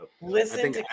Listen